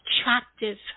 attractive